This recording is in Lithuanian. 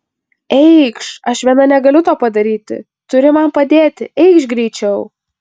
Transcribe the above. eikš aš viena negaliu to padaryti turi man padėti eikš greičiau